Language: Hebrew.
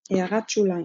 == הערות שוליים שוליים ==